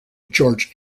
george